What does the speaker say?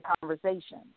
conversation